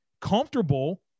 comfortable